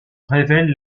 révèlent